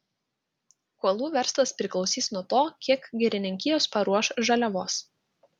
kuolų verslas priklausys nuo to kiek girininkijos paruoš žaliavos